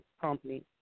company